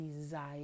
desire